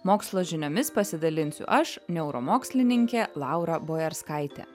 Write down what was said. mokslo žiniomis pasidalinsiu aš neuromokslininkė laura bojarskaitė